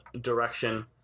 direction